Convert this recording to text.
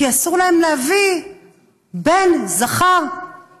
כי אסור להן להביא בן זכר